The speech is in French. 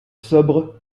sobre